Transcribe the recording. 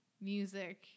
Music